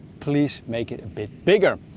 please make it a bit bigger.